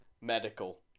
Medical